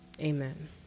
Amen